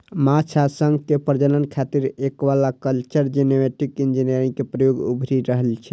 माछ आ शंख के प्रजनन खातिर एक्वाकल्चर जेनेटिक इंजीनियरिंग के प्रयोग उभरि रहल छै